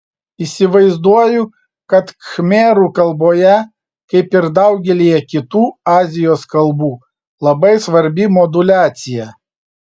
įsivaizduoju kad khmerų kalboje kaip ir daugelyje kitų azijos kalbų labai svarbi moduliacija